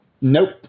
Nope